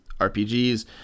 RPGs